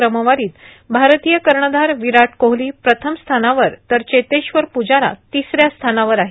क्रमवारीत भारतीय कर्णधार विराट कोहली प्रथम स्थानावर तर चेतेश्वर प्जारा तिसऱ्या स्थानावर आहे